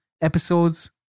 Episodes